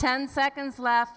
ten seconds left